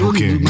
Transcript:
Okay